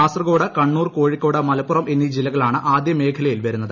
കാസർകോട് കണ്ണൂർ കോഴിക്കോട് മലപ്പുറം എന്നീ ജില്ലകളാണ് ആദ്യ മേഖലയിൽ വരുന്നത്